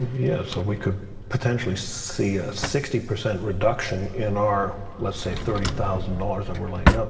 yes, so we could potentially see ah sixty percent reduction in our, let's say, thirty thousand dollars that we're laying out,